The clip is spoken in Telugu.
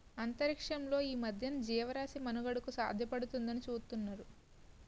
అంతరిక్షంలో ఈ మధ్యన జీవరాశి మనుగడకు సాధ్యపడుతుందాని చూతున్నారు